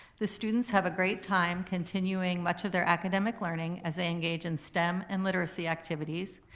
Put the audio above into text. the students have a great time continuing much of their academic learning as they engage in stem and literacy activities.